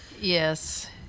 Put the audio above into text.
Yes